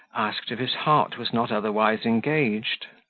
asked if his heart was not otherwise engaged.